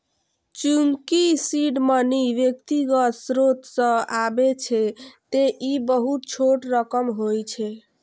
चूंकि seed money व्यक्तिगत स्रोत सं आबै छै, तें ई बहुत छोट रकम होइ छै